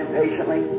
patiently